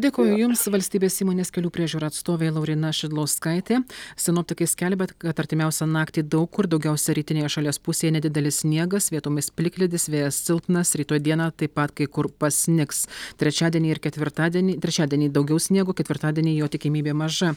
dėkoju jums valstybės įmonės kelių priežiūra atstovė lauryna šidlauskaitė sinoptikai skelbia kad artimiausią naktį daug kur daugiausia rytinėje šalies pusėje nedidelis sniegas vietomis plikledis vėjas silpnas rytoj dieną taip pat kai kur pasnigs trečiadienį ir ketvirtadienį trečiadienį daugiau sniego ketvirtadienį jo tikimybė maža